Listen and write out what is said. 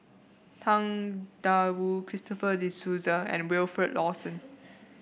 Tang Da Wu Christopher De Souza and Wilfed Lawson